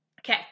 Okay